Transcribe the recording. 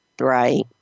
Right